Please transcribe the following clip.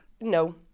No